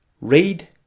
read